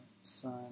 sun